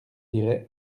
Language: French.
dirai